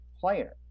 player